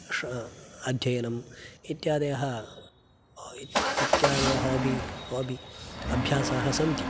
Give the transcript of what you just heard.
अध्ययनं इत्यादयः हाबि इत्यादयः हाबि हाबि अभ्यासाः सन्ति